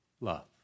love